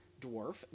dwarf